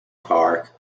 park